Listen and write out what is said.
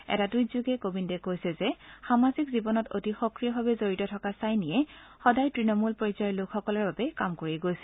এটা টুইটযোগে কবিন্দে কৈছে যে সামাজিক জীৱনত অতি সক্ৰিয়ভাৱে জড়িত থকা চাইনিয়ে সদায় তৃণমল পৰ্যয়ৰ লোকসকলৰ বাবে কাম কৰি গৈছিল